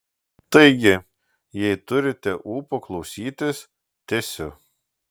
taigi jei turite ūpo klausytis tęsiu